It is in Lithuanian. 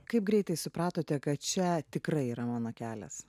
kaip greitai supratote kad čia tikrai yra mano kelias